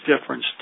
difference